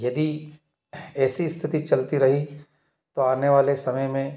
यदि ऐसी स्थिति चलती रही तो आने वाले समय में